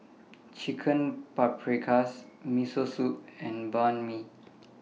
Chicken Paprikas Miso Soup and Banh MI